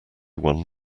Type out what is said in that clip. one